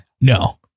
No